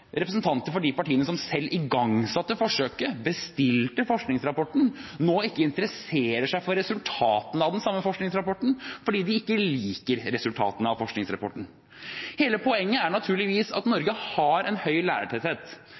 representanter for de partiene som selv igangsatte forsøket, bestilte forskningsrapporten, nå ikke interesserer seg for resultatene av den samme forskningsrapporten, fordi de ikke liker resultatene av den. Hele poenget er naturligvis at Norge har en høy lærertetthet.